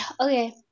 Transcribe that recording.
Okay